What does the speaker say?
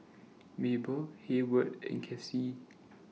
Mable Heyward and Kassie